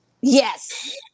Yes